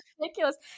ridiculous